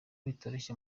bitoroshye